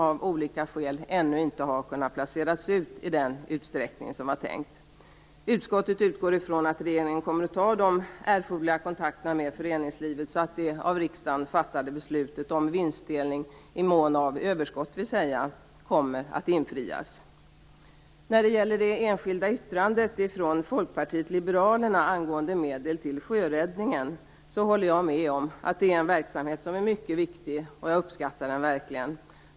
De har ännu inte kunnat placeras ut i den utsträckning som var tänkt. Utskottet utgår ifrån att regeringen kommer att ta de erforderliga kontakterna med föreningslivet så att det av riksdagen fattade beslutet om vinstdelning, i mån av överskott vill säga, kommer att infrias. När det gäller det särskilda yttrandet från Folkpartiet liberalerna angående medel till sjöräddningen håller jag med om att det är en verksamhet som är mycket viktig, och jag uppskattar den verkligen.